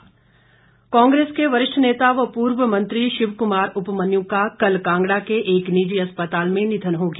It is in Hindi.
उपमन्यु कांग्रेस के वरिष्ठ नेता व पूर्व मंत्री शिव कुमार उपमन्यु का कल कांगड़ा के एक निजी अस्पताल में निधन हो गया